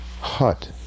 hut